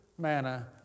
manna